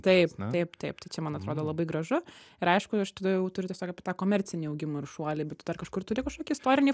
taip taip taip tai čia man atrodo labai gražu ir aišku aš tada jau turiu tiesiog apie tą komercinį augimą ir šuolį bet tu dar kažkur turi kažkokį istorinį